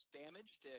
damaged